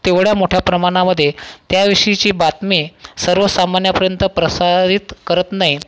तेवढ्या मोठ्या प्रमाणामध्ये त्याविषयीची बातमी सर्वसामान्यापर्यंत प्रसारित करत नाही